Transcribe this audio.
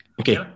Okay